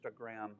Instagram